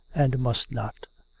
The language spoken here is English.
and must not.